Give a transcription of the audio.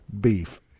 Beef